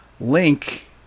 link